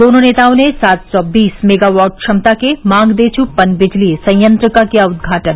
दोनों नेताओं ने सात सौ बीस मेगावाट क्षमता के मांगदेछ् पनबिजली संयंत्र का किया उदघाटन